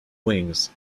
wings